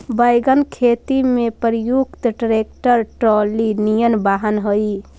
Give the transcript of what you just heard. wagon खेती में प्रयुक्त ट्रैक्टर ट्रॉली निअन वाहन हई